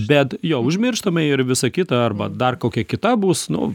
bet jo užmirštame ir visa kita arba dar kokia kita bus nu